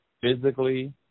physically